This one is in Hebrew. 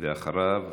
אחריו,